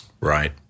Right